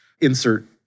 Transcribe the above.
insert